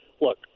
Look